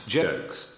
jokes